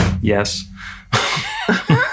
Yes